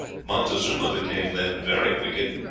montezuma became then very wicked,